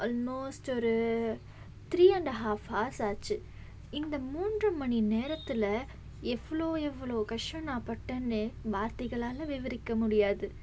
almost ஒரு three and half hour ஆச்சு இந்த மூன்று மணி நேரத்தில் எவ்வளோ எவ்வளோ கஷ்டம் நான் பட்டேன்னு வார்த்தைகளால் விவரிக்க முடியாது